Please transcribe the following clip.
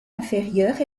inférieure